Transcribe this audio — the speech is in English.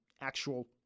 actual